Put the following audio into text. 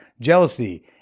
jealousy